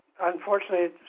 unfortunately